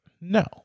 No